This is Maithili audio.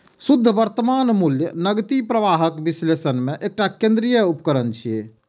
शुद्ध वर्तमान मूल्य नकदी प्रवाहक विश्लेषण मे एकटा केंद्रीय उपकरण छियै